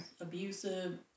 abusive